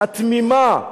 התמימה,